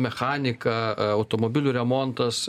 mechanika automobilių remontas